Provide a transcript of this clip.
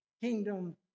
kingdom